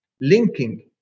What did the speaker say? linking